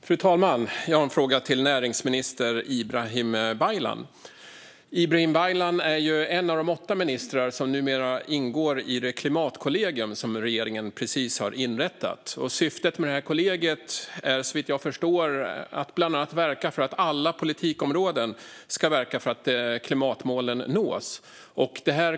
Fru talman! Jag har en fråga till näringsminister Ibrahim Baylan. Ibrahim Baylan är ju en av de åtta ministrar som numera ingår i det klimatkollegium som regeringen precis har inrättat. Syftet med kollegiet är såvitt jag förstår bland annat att verka för att alla politikområden ska verka för att klimatmålen nås.